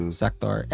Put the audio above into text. sector